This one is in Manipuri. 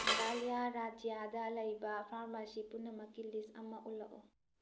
ꯃꯦꯘꯥꯂꯌꯥ ꯔꯥꯖ꯭ꯌꯥꯗ ꯂꯩꯕ ꯐꯥꯔꯃꯥꯁꯤ ꯄꯨꯝꯅꯃꯛꯀꯤ ꯂꯤꯁ ꯑꯃ ꯎꯠꯂꯛꯎ